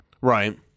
Right